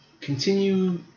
continue